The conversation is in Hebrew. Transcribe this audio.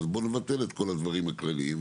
אז בוא נבטל את הדברים הכללים,